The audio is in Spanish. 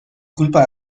culpa